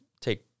take